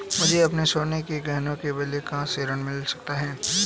मुझे अपने सोने के गहनों के बदले कहां से ऋण मिल सकता है?